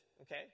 okay